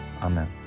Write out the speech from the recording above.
Amen